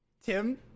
Tim